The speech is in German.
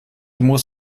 muss